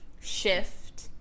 shift